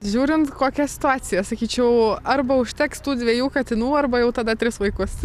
žiūrint kokia situacija sakyčiau arba užteks tų dviejų katinų arba jau tada tris vaikus